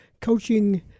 coaching